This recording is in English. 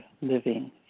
Living